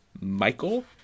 Michael